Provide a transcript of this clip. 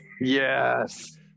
yes